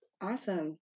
awesome